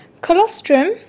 Colostrum